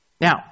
Now